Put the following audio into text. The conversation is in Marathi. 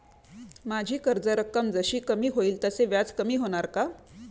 माझी कर्ज रक्कम जशी कमी होईल तसे व्याज कमी होणार का?